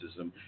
racism